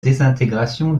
désintégration